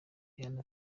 rihanna